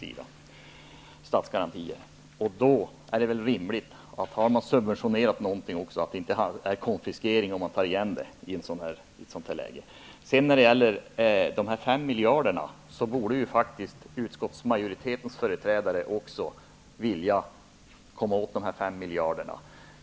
Om man har subventionerat någonting är det väl rimligt att det inte är konfiskering om man tar igen det i ett sådant här läge. Utskottsmajoritetens företrädare borde också vilja komma åt de fem miljarderna.